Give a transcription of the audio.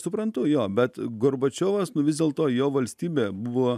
suprantu jo bet gorbačiovas nu vis dėlto jo valstybė buvo